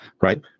right